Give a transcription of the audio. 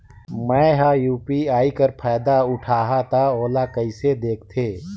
मैं ह यू.पी.आई कर फायदा उठाहा ता ओला कइसे दखथे?